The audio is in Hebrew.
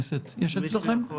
פה.